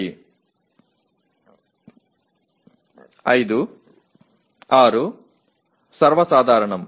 5 6 மிகவும் பொதுவானது